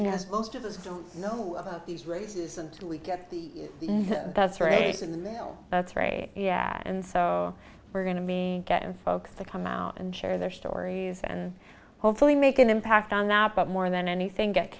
know most of us don't know about these races and we get the that's right and that's great and so we're going to be getting folks to come out and share their stories and hopefully make an impact on that but more than anything get